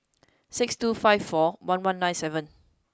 six two five four one one nine seven